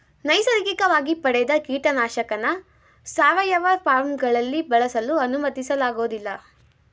ನೈಸರ್ಗಿಕವಾಗಿ ಪಡೆದ ಕೀಟನಾಶಕನ ಸಾವಯವ ಫಾರ್ಮ್ಗಳಲ್ಲಿ ಬಳಸಲು ಅನುಮತಿಸಲಾಗೋದಿಲ್ಲ